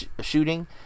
shooting